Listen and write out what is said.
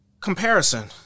Comparison